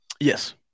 Yes